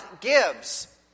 gives